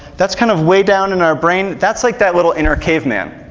that's kind of way down in our brain, that's like that little inner caveman,